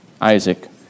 Isaac